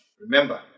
Remember